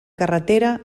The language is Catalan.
carretera